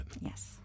Yes